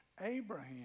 Abraham